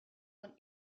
von